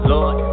Lord